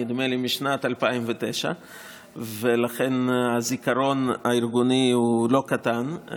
נדמה לי משנת 2009. ולכן הזיכרון הארגוני הוא לא קטן,